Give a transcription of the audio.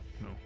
No